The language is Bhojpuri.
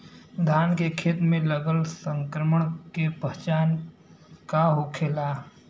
धान के खेत मे लगल संक्रमण के पहचान का होखेला?